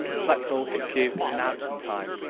select all, hit q, now it's in time.